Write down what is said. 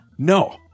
No